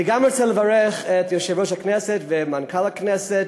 אני גם רוצה לברך את יושב-ראש הכנסת ומנכ"ל הכנסת.